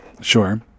Sure